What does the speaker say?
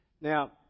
Now